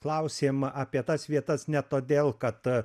klausėm apie tas vietas ne todėl kad